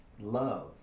love